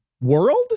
world